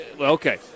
okay